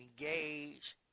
engage